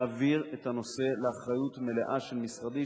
זה להעביר את הנושא לאחריות מלאה של משרדי,